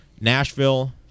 Nashville